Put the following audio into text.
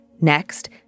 Next